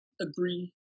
agree